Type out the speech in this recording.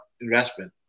investment